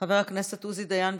חבר הכנסת עוזי דיין,